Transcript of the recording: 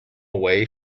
away